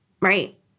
right